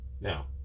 Now